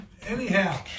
Anyhow